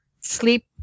sleep